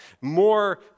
More